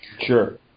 Sure